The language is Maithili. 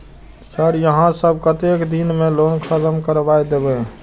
सर यहाँ सब कतेक दिन में लोन खत्म करबाए देबे?